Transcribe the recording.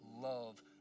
love